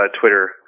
Twitter